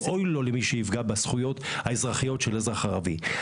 אוי לו למי שיפגע בזכויות האזרחיות של אזרח ערבי,